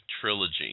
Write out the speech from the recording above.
Trilogy